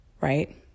right